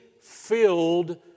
filled